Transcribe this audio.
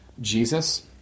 Jesus